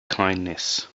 kindness